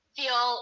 feel